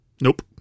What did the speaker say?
Nope